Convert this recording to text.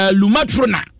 lumatrona